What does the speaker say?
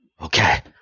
Okay